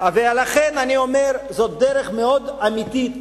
לכן אני אומר: זו דרך מאוד אמיתית.